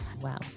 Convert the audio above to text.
wow